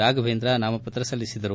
ರಾಘವೇಂದ್ರ ನಾಮಪತ್ರ ಸಲ್ಲಿಬದರು